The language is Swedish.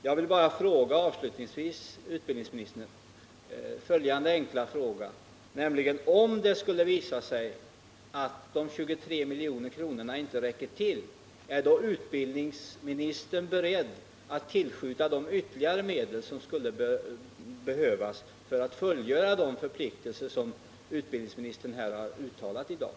Jag vill bara avslutningsvis ställa följande enkla fråga till utbildningsministern: Om det skulle visa sig att de 23 miljonerna inte räcker till, är då utbildningsministern beredd att tillskjuta de ytterligare medel som skulle behövas för att fullgöra de förpliktelser som utbildningsministern givit uttryck åt här i dag?